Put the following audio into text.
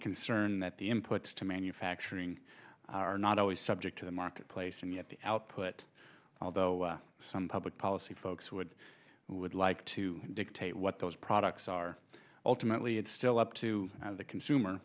concern that the inputs to manufacturing are not always subject to the marketplace and yet the output although some public policy folks would would like to dictate what those products are ultimately it's still up to the consumer